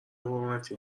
حرمتی